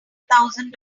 thousand